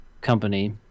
company